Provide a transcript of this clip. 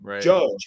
judge